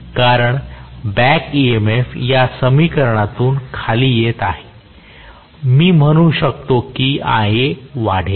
कारण back EMF या समीकरणातून खाली येत आहे मी म्हणू शकतो की Ia वाढेल